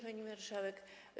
Pani Marszałek!